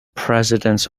presidents